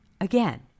Again